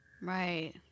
Right